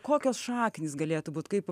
kokios šaknys galėtų būt kaip